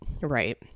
Right